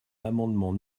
l’amendement